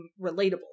relatable